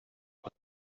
but